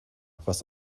was